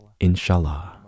Inshallah